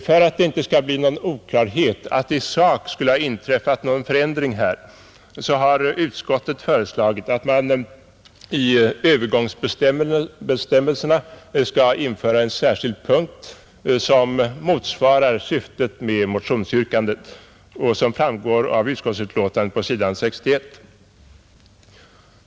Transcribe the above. För att det inte skall bli någon oklarhet om att det i sak skulle ha inträffat någon förändring här har utskottet föreslagit att man i övergångsbestämmelserna skall införa en särskild punkt som motsvarar syftet med motionsyrkandet, såsom framgår på s. 61 i utskottsbetänkandet.